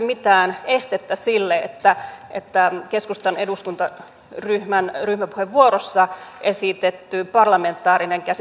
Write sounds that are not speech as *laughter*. *unintelligible* mitään estettä sille että että keskustan eduskuntaryhmän ryhmäpuheenvuorossa esitetty parlamentaarinen käsittelytapa